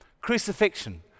Crucifixion